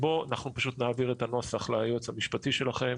אנחנו פשוט נעביר את הנוסח ליועץ המשפטי שלכם,